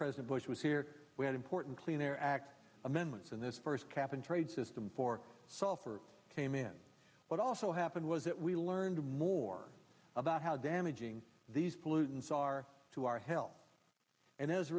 president bush was here we had important clean air act amendments and this first cap and trade system for sulfur came in what also happened was that we learned more about how damaging these pollutants are to our health and as a